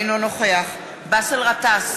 אינו נוכח באסל גטאס,